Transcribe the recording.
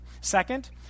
Second